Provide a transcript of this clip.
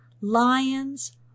Lions